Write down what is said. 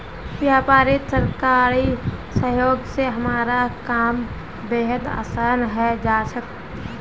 व्यापारत सरकारी सहयोग स हमारा काम बेहद आसान हइ जा छेक